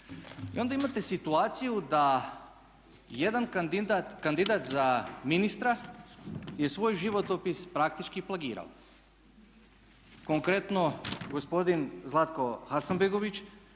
I onda imate situaciju da jedan kandidat za ministra je svoj životopis praktički plagirao. Konkretno, gospodin Zlatko Hasanbegović